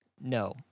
No